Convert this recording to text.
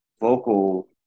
vocal